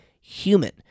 human